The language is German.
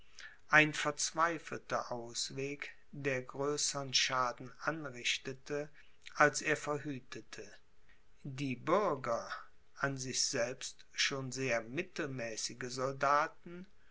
ein verzweifelter ausweg der größern schaden anrichtete als er verhütete die bürger an sich selbst schon sehr mittelmäßige soldaten